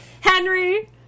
Henry